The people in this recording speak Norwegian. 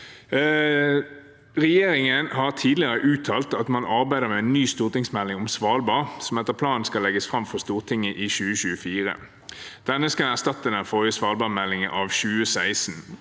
Regjeringen har tidligere uttalt at man arbeider med en ny stortingsmelding om Svalbard, som etter planen skal legges fram for Stortinget i 2024. Denne skal erstatte den forrige svalbardmeldingen av 2016.